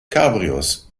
cabrios